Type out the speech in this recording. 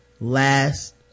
last